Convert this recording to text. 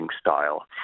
style